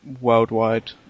worldwide